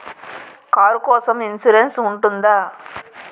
Car కోసం insurance ఉంటుందా?